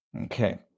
okay